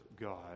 God